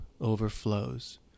overflows